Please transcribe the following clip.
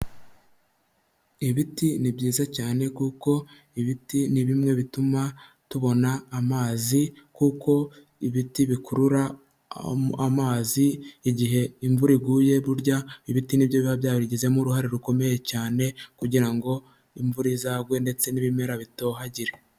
Ibiti ni byiza cyane kuko ibiti ni bimwe bituma tubona amazi kuko ibiti bikurura amazi, igihe imvura iguye burya ibiti ni byo biba byabigizemo uruhare rukomeye cyane kugira ngo imvura izagwe ndetse n'ibimera bitohagire.